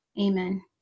Amen